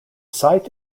site